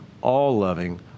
all-loving